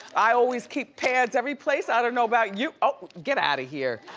i always keep pads every place, i don't know about you, oh, get outta here.